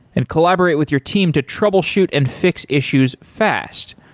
and collaborate with your team to troubleshoot and fix issues fast.